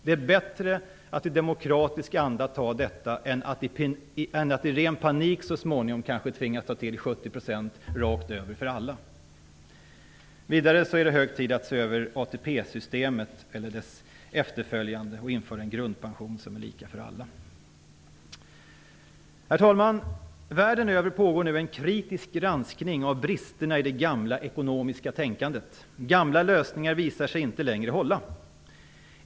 Det är bättre att i demokratisk anda acceptera detta än att så småningom kanske i ren panik tvingas ta till 70 % för alla. Vidare är det hög tid att se över ATP-systemet eller dess efterföljare och införa en grundpension som är lika för alla. Herr talman! Världen över pågår nu en kritisk granskning av bristerna i det gamla ekonomiska tänkandet. Gamla lösningar visar sig inte längre hålla.